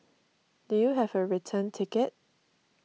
do you have a return ticket